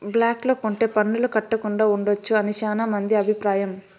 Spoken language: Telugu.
బ్లాక్ లో కొంటె పన్నులు కట్టకుండా ఉండొచ్చు అని శ్యానా మంది అభిప్రాయం